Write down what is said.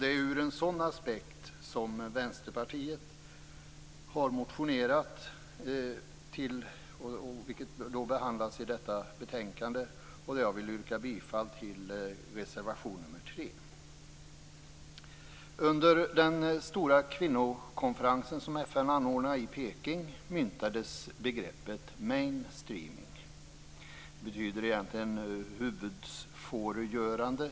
Det är ur en sådan aspekt som Vänsterpartiet har motionerat, och den motionen behandlas i detta betänkande, och jag yrkar bifall till reservation 3. Under den stora kvinnokonferens som FN anordnade i Peking myntades begreppet mainstreaming, som egentligen betyder huvudfåregörande.